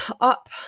Up